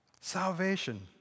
Salvation